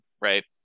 right